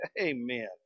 Amen